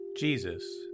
Jesus